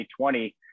2020